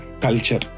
culture